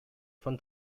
von